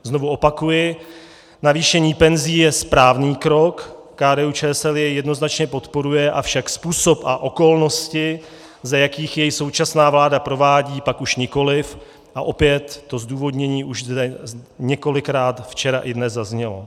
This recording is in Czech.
Znovu opakuji, navýšení penzí je správný krok, KDUČSL jej jednoznačně podporuje, avšak způsob a okolnosti, za jakých jej současná vláda provádí, pak už nikoliv, a opět to zdůvodnění už zde několikrát včera i dnes zaznělo.